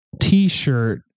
t-shirt